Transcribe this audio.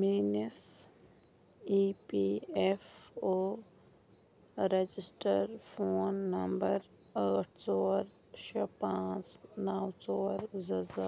میٛٲنِس A P F O register phone number ٲٹھ ژور شےٚ پانٛژھ نَو ژور زٕ زٕ